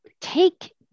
take